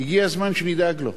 הגיע הזמן שנדאג לו.